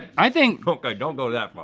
i think okay don't go that far.